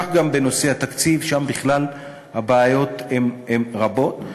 כך גם בנושא התקציב, שם בכלל הבעיות הן רבות.